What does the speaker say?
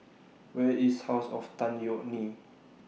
Where IS House of Tan Yeok Nee